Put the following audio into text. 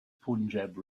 punjab